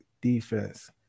defense